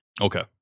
Okay